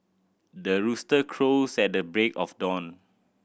the rooster crows at the break of dawn